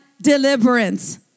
deliverance